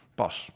pas